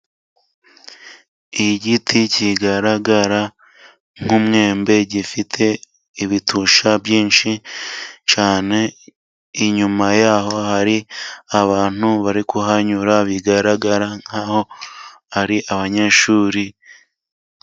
Igiti kigaragara nk'umwembe，gifite ibitusha byinshi cyane， inyuma yaho hari abantu bari kuhanyura，bigaragara nk'aho ari abanyeshuri.